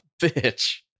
bitch